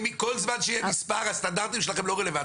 כל זמן שיהיה מספר, הסטנדרטים שלכם לא רלוונטיים.